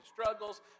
struggles